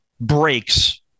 breaks